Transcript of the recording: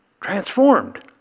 transformed